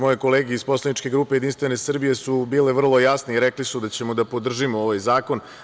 Moje kolege iz poslaničke grupe Jedinstvene Srbije su bile vrlo jasne i rekle su da ćemo da podržimo ovaj zakon.